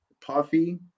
puffy